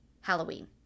Halloween